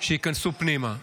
שייכנסו פנימה.